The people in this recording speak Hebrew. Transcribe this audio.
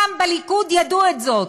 פעם בליכוד ידעו את זה,